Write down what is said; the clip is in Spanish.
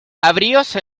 abrióse